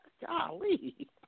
Golly